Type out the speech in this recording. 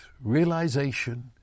realization